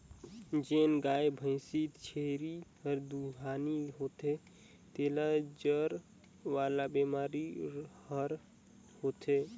जेन गाय, भइसी, छेरी हर दुहानी होथे तेला जर वाला बेमारी हर होथे